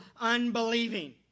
unbelieving